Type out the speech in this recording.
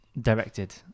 directed